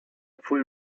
full